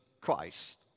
Christ